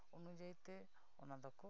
ᱚᱱᱩᱡᱟᱭᱤᱛᱮ ᱚᱱᱟ ᱫᱚᱠᱚ